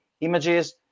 images